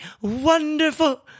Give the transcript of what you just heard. wonderful